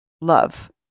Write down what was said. love